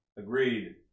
Agreed